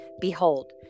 Behold